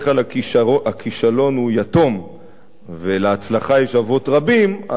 כלל הכישלון הוא יתום ולהצלחה יש אבות רבים.